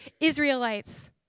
Israelites